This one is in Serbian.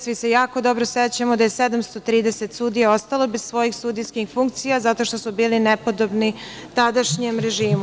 Svi se jako dobro sećamo da je 730 sudija ostalo bez svojih sudijskih funkcija zato što su bili nepodobni tadašnjem režimu.